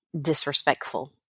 disrespectful